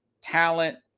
talent